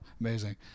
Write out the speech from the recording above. amazing